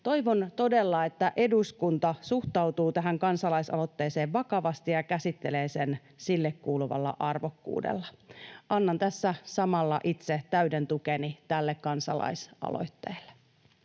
Toivon todella, että eduskunta suhtautuu tähän kansalaisaloitteeseen vakavasti ja käsittelee sen sille kuuluvalla arvokkuudella. Annan tässä samalla itse täyden tukeni tälle kansalaisaloitteelle.